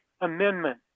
Amendment